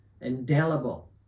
indelible